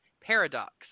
paradox